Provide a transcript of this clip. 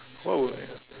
what would